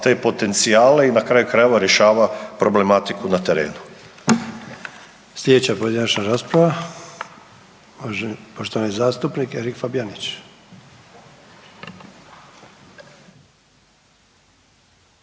te potencijale i na kraju krajeva rješava problematiku na terenu. **Sanader, Ante (HDZ)** Slijedeća pojedinačna rasprava, uvaženi poštovani zastupnik Erik Fabijanić.